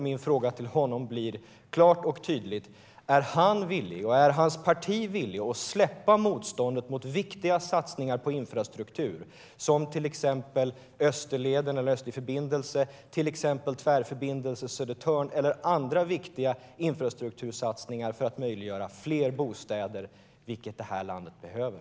Min fråga till bostadsministern är klar och tydlig: Är ministern och hans parti villiga att släppa motståndet mot viktiga satsningar på infrastruktur som till exempel Österleden/Östlig förbindelse, Tvärförbindelse Södertörn och andra viktiga infrastruktursatsningar för att möjliggöra fler bostäder, vilket landet behöver?